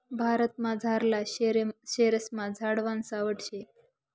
भारतमझारला शेरेस्मा झाडवान सावठं शे